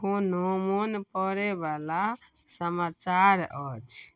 कोनो मोन पड़े वाला समाचार अछि